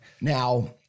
now